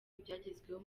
ibyagezweho